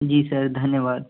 जी sir धन्यवाद